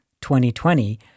2020